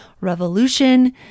revolution